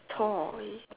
tall he